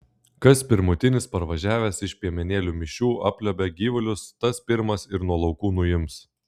kas pirmutinis parvažiavęs iš piemenėlių mišių apliuobia gyvulius tas pirmas ir nuo laukų nuims